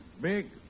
Big